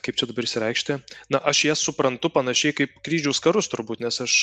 kaip čia išsireikšti na aš jas suprantu panašiai kaip kryžiaus karus turbūt nes aš